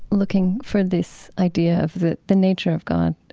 looking for this idea of the the nature of god,